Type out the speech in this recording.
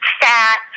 fat